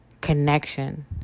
connection